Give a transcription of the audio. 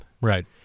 Right